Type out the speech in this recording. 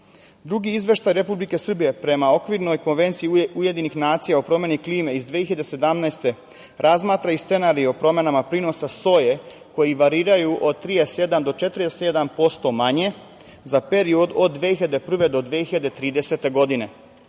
6%.Drugi izveštaj Republike Srbije prema Okvirnoj konvenciji UN o promeni klime iz 2017. godine, razmatra i scenario o promenama prinosa soje, koji variraju od 37 do 47% manje za periodu od 2001. do 2030. godine.